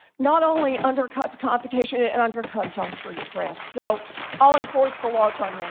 not only undercuts competition, it and undercuts our free press. so i'll enforce the laws on that.